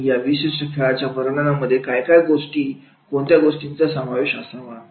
आणि अशा विशिष्ट खेळाच्या वर्णनामध्ये काय काय गोष्टी कोणत्या गोष्टींचा समावेश असावा